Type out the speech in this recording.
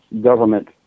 government